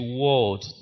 world